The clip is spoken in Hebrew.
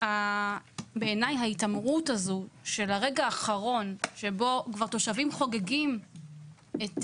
בעיני ההתעמרות הזו של הרגע האחרון שבו כבר תושבים חוגגים את